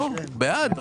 בעד.